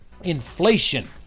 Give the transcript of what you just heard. inflation